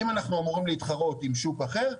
אם אנחנו אמורים להתחרות עם שוק אחר,